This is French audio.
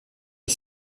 est